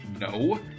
no